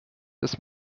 des